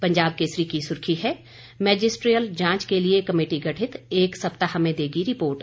पंजाब केसरी की सुर्खी है मैजिस्ट्रियल जांच के लिये कमेटी गठित एक सप्ताह में देगी रिपोर्ट